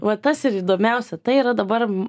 va tas ir įdomiausia tai yra dabar